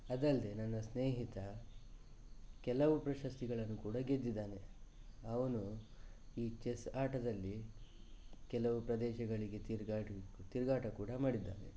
ಅದಲ್ಲದೆ ನನ್ನ ಸ್ನೇಹಿತ ಕೆಲವು ಪ್ರಶಸ್ತಿಗಳನ್ನು ಕೂಡ ಗೆದ್ದಿದ್ದಾನೆ ಅವನು ಈ ಚೆಸ್ ಆಟದಲ್ಲಿ ಕೆಲವು ಪ್ರದೇಶಗಳಿಗೆ ತಿರುಗಾಡಿ ತಿರುಗಾಟ ಕೂಡ ಮಾಡಿದ್ದಾನೆ